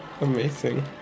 Amazing